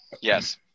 yes